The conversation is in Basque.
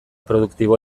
produktibo